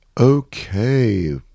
Okay